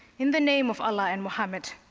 in the name of allah and mohammed,